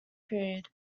period